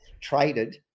traded